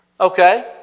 Okay